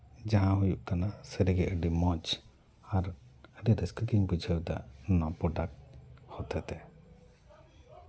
ᱡᱟᱦᱟᱸ ᱦᱩᱭᱩᱜ ᱠᱟᱱᱟ ᱥᱟᱹᱨᱤᱜᱮ ᱟᱹᱰᱤ ᱢᱚᱡᱽ ᱟᱨ ᱟᱹᱰᱤ ᱨᱟᱹᱥᱠᱟᱹ ᱜᱤᱧ ᱵᱩᱡᱷᱟᱹᱣᱫᱟ ᱱᱚᱣᱟ ᱯᱨᱚᱰᱟᱠᱴ ᱦᱚᱛᱮ ᱛᱮ